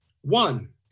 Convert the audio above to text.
One